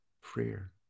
freer